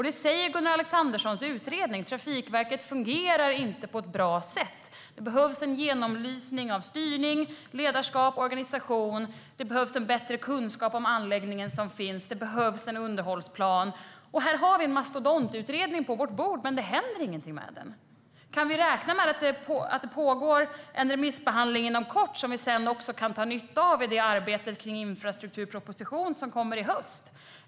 Det säger Gunnar Alexandersson i sin utredning: Trafikverket fungerar inte på ett bra sätt. Det behövs en genomlysning av styrning, ledarskap och organisation. Det behövs en bättre kunskap om den anläggning som finns, och det behövs en underhållsplan. Här har vi en mastodontutredning på vårt bord, men det händer inget med den. Kan vi räkna med att det inom kort påbörjas en remissbehandling som vi sedan också kan dra nytta av i arbetet med den infrastrukturproposition som kommer i höst?